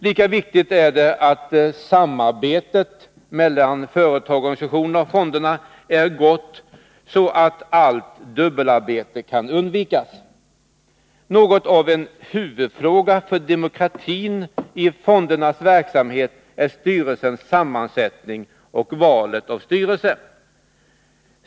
Lika viktigt är det att samarbetet mellan företagarorganisationerna och fonderna är gott, så att allt dubbelarbete kan undvikas. Något av en huvudfråga för demokratin i fondernas verksamhet är styrelsens sammansättning och valet av styrelse.